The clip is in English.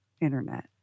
internet